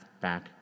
back